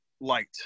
light